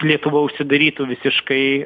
lietuva užsidarytų visiškai